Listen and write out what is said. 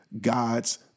God's